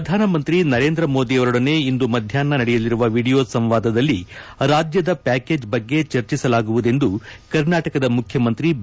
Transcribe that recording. ಪ್ರಧಾನಮಂತ್ರಿ ನರೇಂದ್ರ ಮೋದಿಯವರೊಡನೆ ಇಂದು ಮಧ್ಯಾಪ್ನ ನಡೆಯಲಿರುವ ವಿಡಿಯೋ ಸಂವಾದದಲ್ಲಿ ರಾಜ್ಯದ ಪ್ಲಾಕೇಜ್ ಬಗ್ಗೆ ಚರ್ಚಿಸಲಾಗುವುದೆಂದು ಕರ್ನಾಟಕದ ಮುಖ್ಯಮಂತ್ರಿ ಬಿ